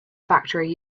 factory